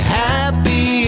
happy